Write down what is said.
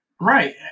Right